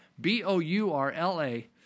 B-O-U-R-L-A